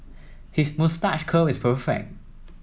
his moustache curl is perfect